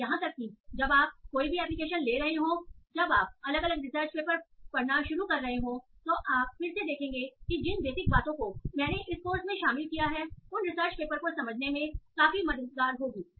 और यहां तक कि जब आप कोई भी एप्लीकेशन ले रहे हों जब आप अलग अलग रिसर्च पेपर पढ़ना शुरू कर रहे हों तो आप फिर से देखेंगे कि जिन बेसिक बातों को मैंने इस कोर्स में शामिल किया है उन रिसर्च पेपर को समझने में काफी मददगार होगी